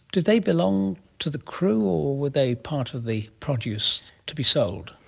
do they belong to the crew or were they part of the produce to be sold?